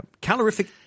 calorific